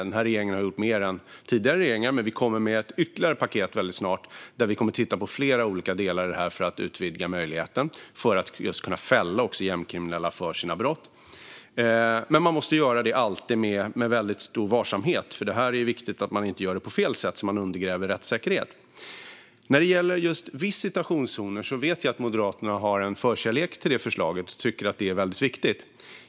Den här regeringen har gjort mer än tidigare regeringar, och vi kommer väldigt snart med ytterligare ett paket, där vi kommer att titta på flera olika delar i detta för att utvidga möjligheten att fälla gängkriminella för deras brott. Men man måste alltid göra detta med väldigt stor varsamhet. Det är viktigt att man inte gör det på fel sätt så att man undergräver rättssäkerheten. När det gäller visitationszoner vet jag att Moderaterna har en förkärlek för det förslaget och tycker att det är väldigt viktigt.